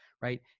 right